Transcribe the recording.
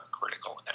critical